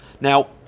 Now